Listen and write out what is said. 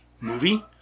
movie